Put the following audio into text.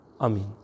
Amen